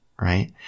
Right